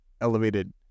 elevated